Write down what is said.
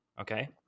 okay